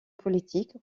politique